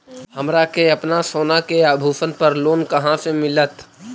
हमरा के अपना सोना के आभूषण पर लोन कहाँ से मिलत?